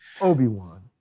Obi-Wan